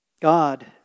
God